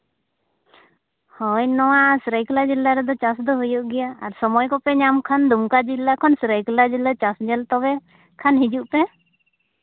ᱦᱳᱭ ᱱᱚᱣᱟ ᱥᱟᱹᱨᱟᱹᱭᱠᱮᱞᱞᱟ ᱡᱮᱞᱟ ᱨᱮᱫᱚ ᱪᱟᱥ ᱫᱚ ᱦᱩᱭᱩᱜ ᱜᱮᱭᱟ ᱟᱨ ᱥᱚᱢᱚᱭ ᱠᱚᱯᱮ ᱧᱟᱢ ᱠᱷᱟᱱ ᱫᱩᱢᱠᱟ ᱡᱮᱞᱟ ᱠᱷᱚᱱ ᱥᱟᱹᱨᱟᱹᱭᱠᱮᱞᱞᱟ ᱡᱮᱞᱟ ᱪᱟᱥ ᱧᱮᱞ ᱛᱚᱵᱮ ᱠᱷᱟᱱ ᱦᱤᱡᱩᱜ ᱯᱮ